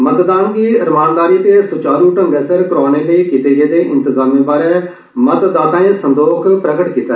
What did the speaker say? मतदान गी रमानदारी ते सुचसरू ढंगै सिर करोआने लेई कीते गेदेइंतजामें बारे मतदाताएं संदोख जाहर कीता